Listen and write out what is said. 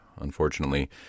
Unfortunately